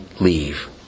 leave